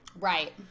Right